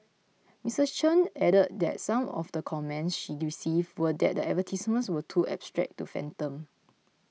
Misses Chan added that some of the comments she received were that the advertisements were too abstract to fathom